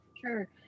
Sure